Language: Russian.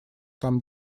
там